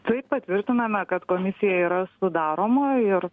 taip patvirtiname kad komisija yra sudaroma ir